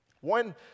One